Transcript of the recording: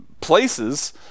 places